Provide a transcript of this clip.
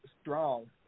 strong